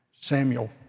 Samuel